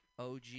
OG